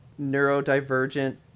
neurodivergent